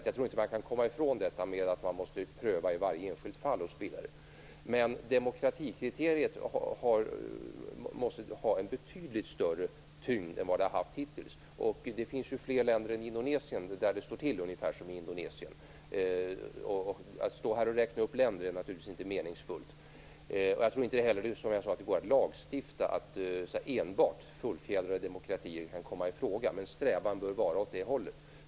Jag tror inte att man kan komma ifrån att man måste pröva varje enskilt fall. Demokratikriteriet måste ha en betydligt större tyngd än vad det har haft hittills. Det finns ju fler länder där det står till på ungefär samma sätt som i Indonesien. Att stå här och räkna upp länder är naturligtvis inte meningsfullt. Jag tror inte heller, som jag sade, att det går att lagstifta om att enbart fullfjädrade demokratier kan komma i fråga, men strävan bör vara åt det hållet.